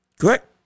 correct